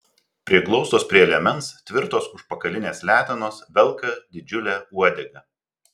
priglaustos prie liemens tvirtos užpakalinės letenos velka didžiulę uodegą